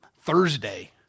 Thursday